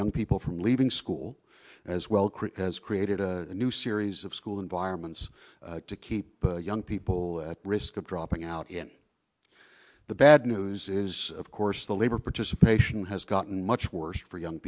young people from leaving school as well chris has created a new series of school environments to keep young people at risk of dropping out in the bad news is of course the labor participation has gotten much worse for young